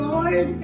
Lord